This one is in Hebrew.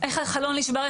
איך החלון נשבר,